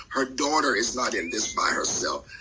her daughter is not in this by herself.